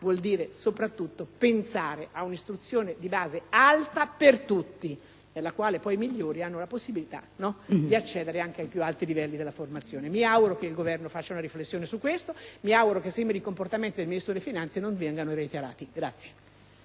vuol dire soprattutto pensare ad una istruzione di base alta per tutti, nella quale poi i migliori hanno la possibilità di accedere anche ai più alti livelli della formazione. Mi auguro che il Governo faccia una riflessione al riguardo e che simili comportamenti del Ministro dell'economia non vengano reiterati.